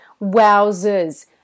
Wowzers